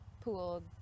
pool